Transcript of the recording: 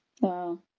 Wow